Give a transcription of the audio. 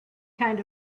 kind